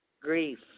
grief